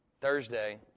Thursday